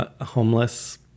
homeless